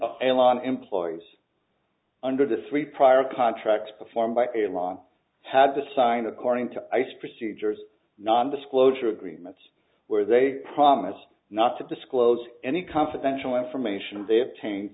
of employees under the three prior contracts performed by a long had to sign according to ice procedures non disclosure agreements where they promise not to disclose any confidential information t